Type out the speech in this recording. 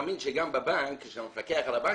שיגידו לו מלכתחילה.